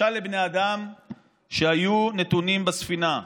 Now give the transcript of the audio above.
משל לבני אדם שהיו נתונים בספינה,